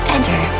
Enter